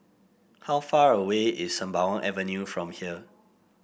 how far away is Sembawang Avenue from here